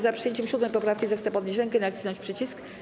za przyjęciem 7. poprawki, zechce podnieść rękę i nacisnąć przycisk.